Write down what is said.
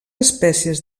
espècies